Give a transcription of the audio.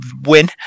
win